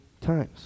times